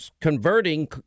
converting